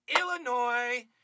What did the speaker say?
Illinois